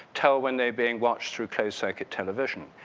tell when they're being watched through close circuit television?